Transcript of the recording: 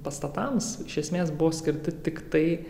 pastatams iš esmės buvo skirti tiktai